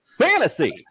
Fantasy